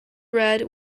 red